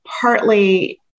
partly